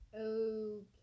Okay